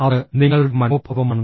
അത് നിങ്ങളുടെ മനോഭാവമാണ്